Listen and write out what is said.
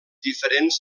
diferents